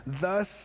Thus